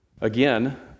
Again